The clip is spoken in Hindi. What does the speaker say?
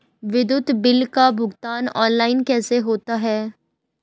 विद्युत बिल का भुगतान ऑनलाइन कैसे होता है?